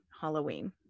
Halloween